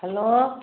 hello